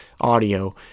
audio